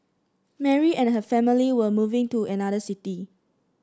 Mary and her family were moving to another city